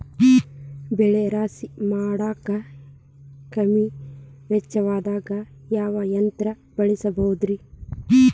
ಬೆಳೆ ರಾಶಿ ಮಾಡಾಕ ಕಮ್ಮಿ ವೆಚ್ಚದಾಗ ಯಾವ ಯಂತ್ರ ಬಳಸಬಹುದುರೇ?